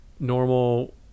normal